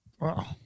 Wow